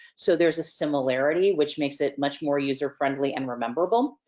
so, there's a similarity which makes it much more user friendly and rememberable.